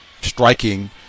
striking